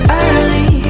early